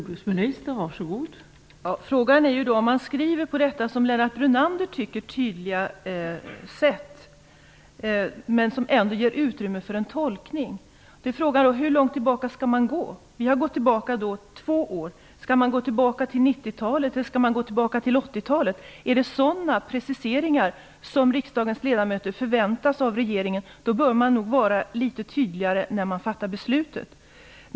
Fru talman! Frågan är ju då hur långt tillbaka man skall gå, om man skriver på detta - som Lennart Brunander tycker - tydliga sätt, men som ändå ger utrymme för en tolkning. Vi har gått tillbaka två år. Skall man gå tillbaka till 90-talet eller 80-talet? Är det sådana preciseringar som riksdagens ledamöter förväntar sig av regeringen, då bör man nog vara litet tydligare när man fattar beslutet.